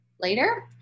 later